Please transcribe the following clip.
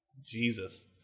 Jesus